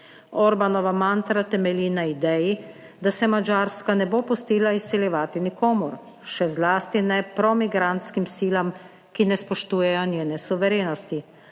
Orbanova mantra temelji na ideji, da se Madžarska ne bo pustila izsiljevati nikomur, še zlasti ne pro migrantskim silam, ki ne spoštujejo njene suverenosti.